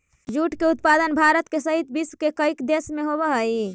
jute के उत्पादन भारत सहित विश्व के कईक देश में होवऽ हइ